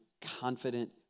confident